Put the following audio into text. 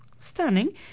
Stunning